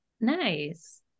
Nice